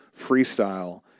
freestyle